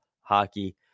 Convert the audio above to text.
hockey